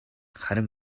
харин